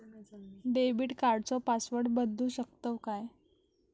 Debit कार्डचो password बदलु शकतव काय?